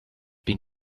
been